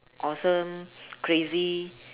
awesome crazy